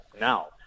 Now